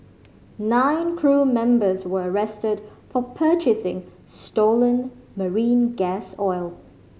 nine crew members were arrested for purchasing stolen marine gas oil